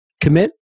Commit